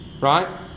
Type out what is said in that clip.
right